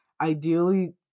ideally –